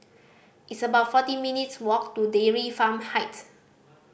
it's about forty minutes' walk to Dairy Farm Heights